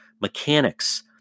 mechanics